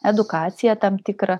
edukaciją tam tikrą